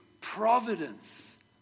providence